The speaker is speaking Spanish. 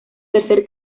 tercer